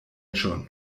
schon